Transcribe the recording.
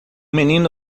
menino